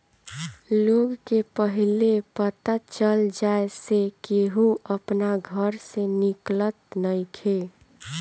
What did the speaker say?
लोग के पहिले पता चल जाए से केहू अपना घर से निकलत नइखे